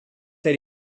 elle